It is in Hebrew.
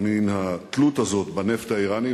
מן התלות הזאת בנפט האירני.